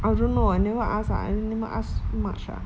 I don't know I never ask ah I never ask much ah